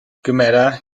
gymera